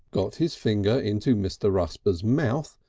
got his finger into mr. rusper's mouth,